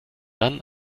dann